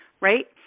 right